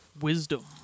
Wisdom